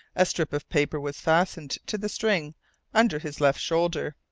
a strip of paper was fastened to the string under his left shoulder.